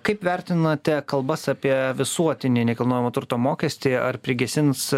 kaip vertinate kalbas apie visuotinį nekilnojamo turto mokestį ar prigesins